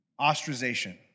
ostracization